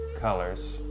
colors